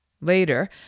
Later